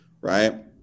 Right